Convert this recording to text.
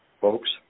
folks